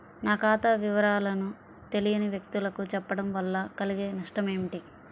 నా ఖాతా వివరాలను తెలియని వ్యక్తులకు చెప్పడం వల్ల కలిగే నష్టమేంటి?